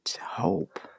Hope